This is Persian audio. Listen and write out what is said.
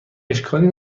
اشکالی